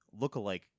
lookalike